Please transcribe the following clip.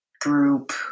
group